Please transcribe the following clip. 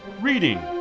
reading